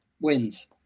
wins